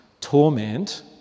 torment